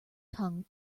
tongue